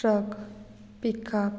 truck pickup